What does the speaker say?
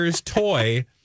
toy